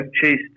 chased